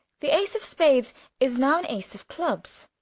the ace of spades is now an ace of clubs.